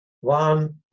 one